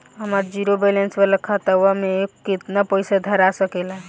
हमार zero balance वाला खतवा म केतना पईसा धरा सकेला?